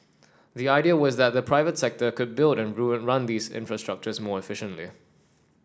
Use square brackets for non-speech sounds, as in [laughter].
the idea was that the private sector could build and [unintelligible] run these infrastructures more efficiently